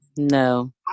No